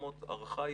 ההערכה,